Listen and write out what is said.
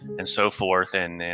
and so forth. and and